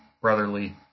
brotherly